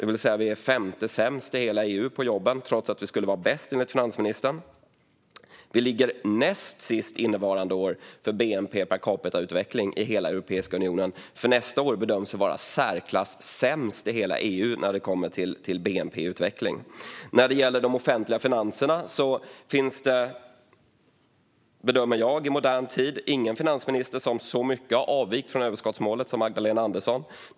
Vi är alltså det femte sämsta landet i hela EU på jobben, trots att vi enligt finansministern skulle vara bäst. Sverige ligger näst sist innevarande år när det gäller utvecklingen av bnp per capita i hela Europeiska unionen. För nästa år bedöms vi vara i särklass sämst i hela EU när det kommer till bnp-utveckling. När det gäller de offentliga finanserna bedömer jag att det i modern tid inte har funnits någon finansminister som har avvikit från överskottsmålet så mycket som Magdalena Andersson.